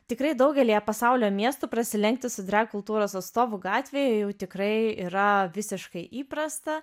tikrai daugelyje pasaulio miestų prasilenkti su drag kultūros atstovų gatvėje jau tikrai yra visiškai įprasta